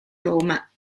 roma